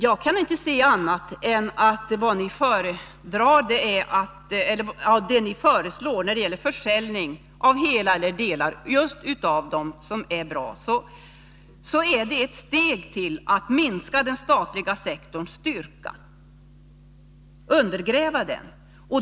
Jag kan inte se annat än att den av er föreslagna försäljningen av alla eller vissa av de företag inom Statsföretag som går bra är ett steg för att minska den statliga sektorns styrka, för att undergräva denna.